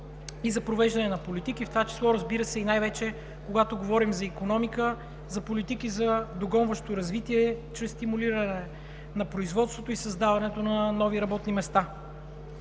и за провеждане на политики, в това число, разбира се, най-вече, когато говорим за икономика, политики за догонващо развитие чрез стимулиране на производството и създаване на нови работни места.